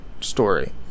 story